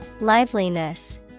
Liveliness